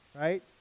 right